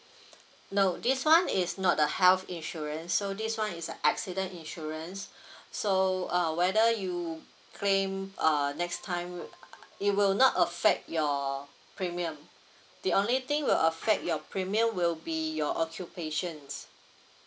no this one is not the health insurance so this one is a accident insurance so uh whether you claim err next time w~ err it will not affect your premium the only thing will affect your premium will be your occupations